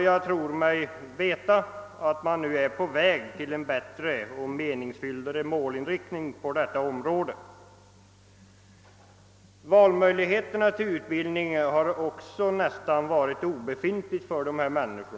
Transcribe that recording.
Jag tror mig dock veta att man nu är på väg till en bättre och mera meningsfylld målinriktning på detta område. Valmöjligheterna i fråga om utbildning har också varit nästan obefintlig för dessa människor.